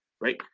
right